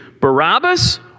Barabbas